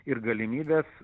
ir galimybės